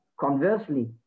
conversely